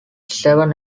seven